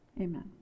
amen